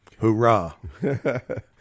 Hoorah